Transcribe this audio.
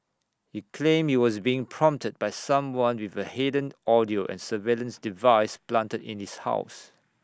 he claimed he was being prompted by someone with A hidden audio and surveillance device planted in his house